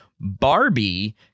Barbie